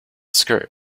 skirt